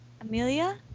Amelia